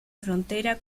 frontera